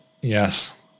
Yes